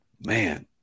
Man